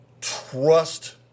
trust